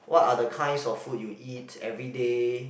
what are the kinds of food you eat everyday